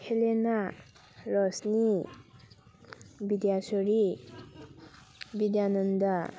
ꯍꯦꯂꯦꯅꯥ Roshni Bidyasori Bidyananda